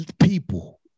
people